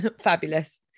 Fabulous